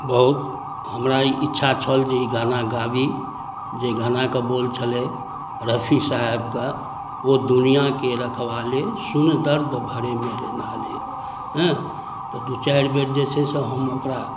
बहुत हमरा ई इच्छा छल जे ई गाना गाबी जे गाना कऽ बोल छलै रफी साहेबके ओ दुनियाँके रखवाले सुन दर्द भरे मेरे नाले तऽ दू चारि बेर जे छै से हम ओकरा